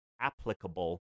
applicable